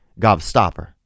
gobstopper